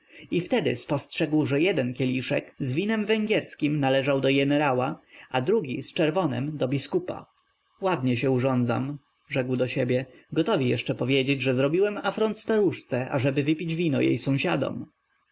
i wtedy spostrzegł że jeden kieliszek z winem węgierskim należał do jenerała a drugi z czerwonem do biskupa ładnie się urządzam rzekł do siebie gotowi jeszcze powiedzieć że zrobiłem afront staruszce ażeby wypić wino jej sąsiadom